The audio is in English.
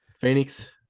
Phoenix